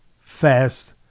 fast